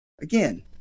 Again